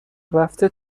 رفته